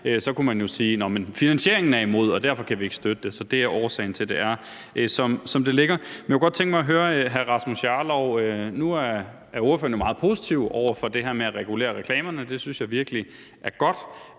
så kunne man jo sige, at man var imod finansieringen, og at man derfor ikke kunne støtte. Så det er årsagen til, det er, som det ligger. Men jeg kunne godt tænke mig at høre hr. Rasmus Jarlov, for ordføreren er jo meget positiv over for det her med at regulere reklamerne, og det synes jeg virkelig er godt: